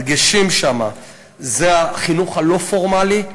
הדגשים שם הם החינוך הלא-פורמלי,